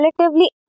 relatively